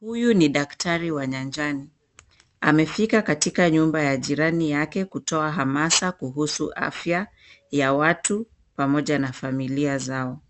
Huyu ni daktari wa nyanjani amefika katika nyumba ya jirani yake kutoa hamasa kuhusu afya ya watu pamoja na familia zao.